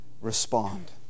respond